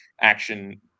action